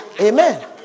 Amen